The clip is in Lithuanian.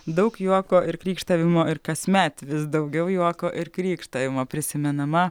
daug juoko ir krykštavimo ir kasmet vis daugiau juoko ir krykštavimo prisimenama